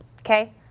okay